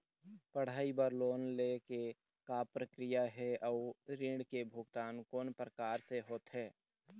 पढ़ई बर लोन ले के का प्रक्रिया हे, अउ ऋण के भुगतान कोन प्रकार से होथे?